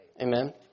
Amen